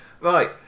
Right